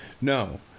No